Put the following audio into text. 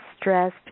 stressed